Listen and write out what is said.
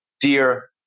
dear